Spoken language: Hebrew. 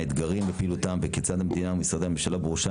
האתגרים בפעילותם וכיצד המדינה ומשרדי הממשלה ובראשם